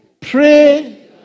Pray